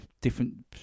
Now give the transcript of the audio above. different